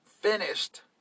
finished